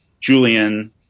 Julian